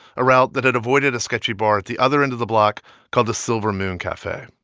a route that had avoided a sketchy bar at the other end of the block called the silver moon cafe.